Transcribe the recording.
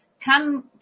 Come